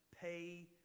pay